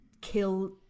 kill